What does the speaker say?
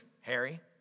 harry